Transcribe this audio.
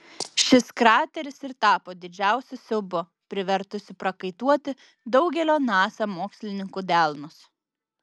šis krateris ir tapo didžiausiu siaubu privertusiu prakaituoti daugelio nasa mokslininkų delnus